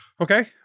Okay